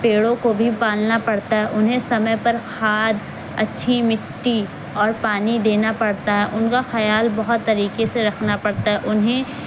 پیڑوں کو بھی پالنا پڑتا ہے انہیں سمئے پر کھاد اچھی مٹی اور پانی دینا پڑتا ہے ان کا خیال بہت طریقے سے رکھنا پڑتا ہے انہیں